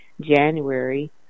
January